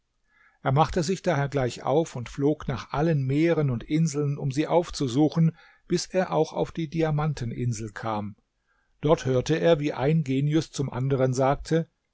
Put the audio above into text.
er machte sich daher gleich auf und flog nach allen meeren und inseln um sie aufzusuchen bis er auch auf die diamanteninsel kam dort hörte er wie ein genius zum anderen sagte